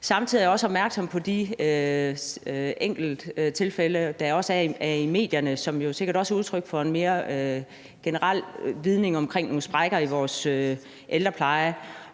Samtidig er jeg også opmærksom på de enkelttilfælde, der er i medierne, som jo sikkert også er udtryk for og mere generelt vidner om nogle sprækker i vores ældrepleje.